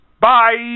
Bye